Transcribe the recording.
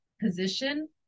position